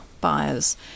buyers